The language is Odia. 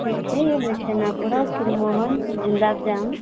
ମିଠେଇ ଏଦେ ଛେନାପୋଡ଼ କ୍ଷୀର୍ମୋହନ୍ ଗୁଲାପ୍ଜାମ୍